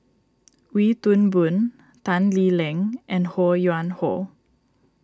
Wee Toon Boon Tan Lee Leng and Ho Yuen Hoe